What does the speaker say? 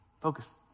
focus